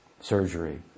surgery